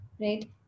right